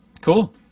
cool